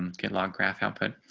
um get log graph output.